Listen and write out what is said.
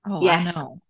yes